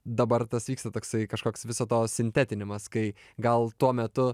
dabar tas vyksta toksai kažkoks viso to sintetinimas kai gal tuo metu